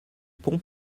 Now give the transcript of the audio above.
pont